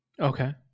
okay